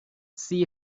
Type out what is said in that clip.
see